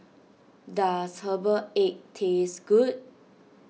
does Herbal Egg taste good